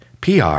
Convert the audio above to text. PR